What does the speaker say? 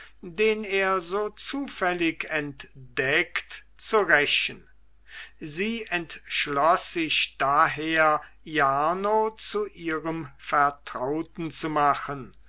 den er so zufällig entdeckt zu rächen sie entschloß sich daher jarno zu ihrem vertrauten zu machen